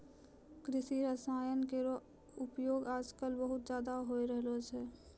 कृषि रसायन केरो उपयोग आजकल बहुत ज़्यादा होय रहलो छै